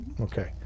okay